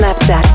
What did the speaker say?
Snapchat